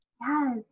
Yes